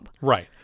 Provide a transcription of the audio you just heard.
Right